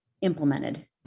implemented